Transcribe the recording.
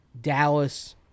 Dallas